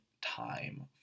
time